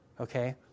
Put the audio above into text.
Okay